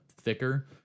thicker